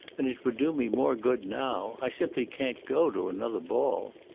and it would do me more good now. i simply can't go to another ball.